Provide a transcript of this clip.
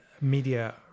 Media